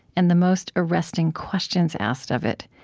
and the most arresting questions asked of it,